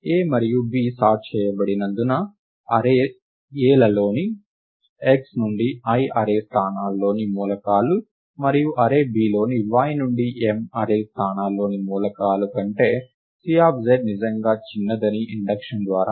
A మరియు B sort చేయబడినందున array Aలోని x నుండి l అర్రే స్థానాల్లోని మూలకాలు మరియు అర్రే Bలోని y నుండి m అర్రే స్థానాల్లోని మూలకాలు కంటే Cz నిజంగా చిన్నదని ఇండక్షన్ ద్వారా మనకు తెలుసు